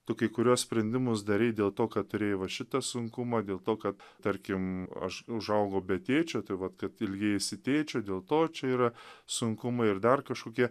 tu kai kuriuos sprendimus darei dėl to kad turėjai va šitą sunkumą dėl to kad tarkim aš užaugau be tėčio tai vat kad ilgėjaisi tėčio dėl to čia yra sunkumai ir dar kažkokie